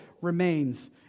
remains